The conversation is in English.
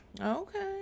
Okay